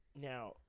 Now